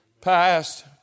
past